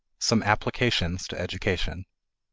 some applications to education.